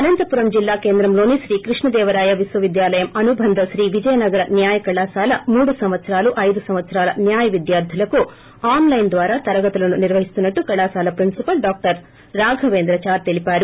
అనంతపురం జిల్లా కేద్రంలోని శ్రీ కృష్ణదేవరాయ విశ్వవిద్యాలయం అనుబంధ శ్రీ విజయనగర న్యాయ కళాశాల మూడు సంవత్సరాలు ఐదు సంవత్సరాల న్యాయ విద్యార్ధులకు ఆన్ లైస్ ద్వారా తరగతులను నిర్వహిస్తున్నట్టు కళాశాల ప్రిన్సిపల్ డాక్టర్ రాఘవేంద్ర చార్ తెలిపారు